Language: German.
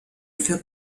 für